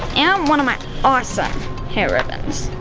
and one of my awesome hair ribbons.